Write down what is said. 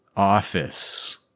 office